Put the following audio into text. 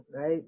right